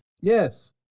Yes